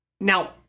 Now